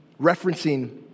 referencing